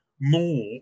more